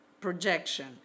projection